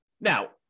Now